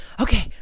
okay